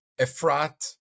Efrat